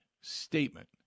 statement